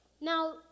Now